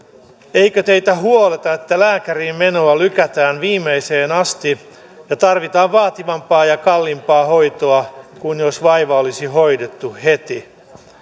eikö teitä huoleta että lääkäriin menoa lykätään viimeiseen asti ja että tarvitaan vaativampaa ja kalliimpaa hoitoa kuin silloin jos vaiva olisi hoidettu heti